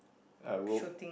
a rope